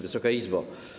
Wysoka Izbo!